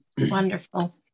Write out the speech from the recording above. Wonderful